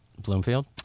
Bloomfield